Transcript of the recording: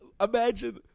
imagine